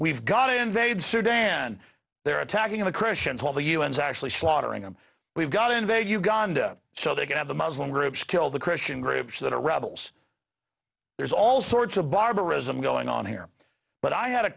we've got to invade sudan they're attacking the christians all the un's actually slaughtering them we've got to invade uganda so they can have the muslim groups kill the christian groups that are rebels there's all sorts of barbarism going on here but i had a